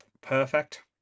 perfect